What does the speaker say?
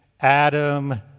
Adam